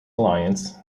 alliance